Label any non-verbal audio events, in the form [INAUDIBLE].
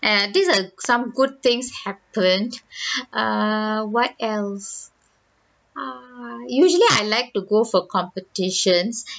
ya these are some good things happened [BREATH] err what else uh usually I like to go for competitions